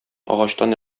агачтан